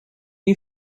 you